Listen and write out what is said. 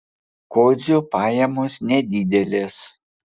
kodzio pajamos nedidelės